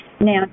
Now